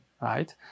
right